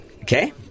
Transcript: Okay